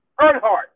Earnhardt